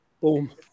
Boom